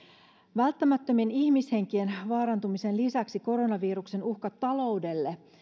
välttämättömän ihmishenkien vaarantumisen lisäksi koronaviruksen uhkat taloudelle